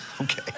Okay